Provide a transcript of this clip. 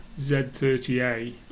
Z30A